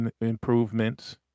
improvements